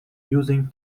using